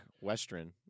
Western